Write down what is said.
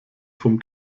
vom